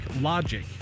Logic